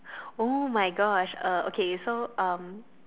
!oh-my-Gosh! uh okay so um